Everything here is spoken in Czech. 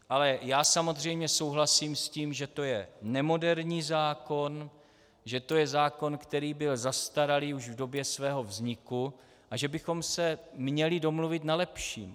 Ale já samozřejmě souhlasím s tím, že to je nemoderní zákon, že to je zákon, který byl zastaralý už v době svého vzniku, a že bychom se měli domluvit na lepším.